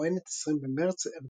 באתר ynet, 20 במרץ 2008